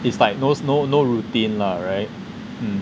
it's like no no no routine lah right